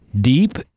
Deep